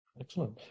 Excellent